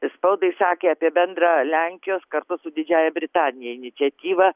spaudai sakė apie bendrą lenkijos kartu su didžiąja britanija iniciatyvą